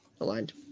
Aligned